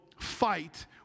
Fight